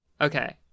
Okay